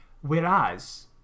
Whereas